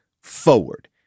forward